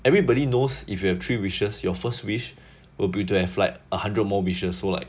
everybody knows if you have three wishes your first wish will be to have like a hundred more wishes or like